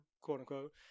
quote-unquote